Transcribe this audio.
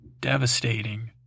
devastating